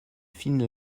fine